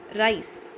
rice